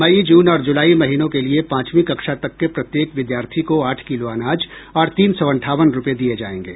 मई जून और जुलाई महीनों के लिए पांचवीं कक्षा तक के प्रत्येक विद्यार्थी को आठ किलो अनाज और तीन सौ अंठावन रुपये दिये जायेंगे